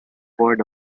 horde